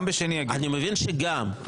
אני מבין שגם,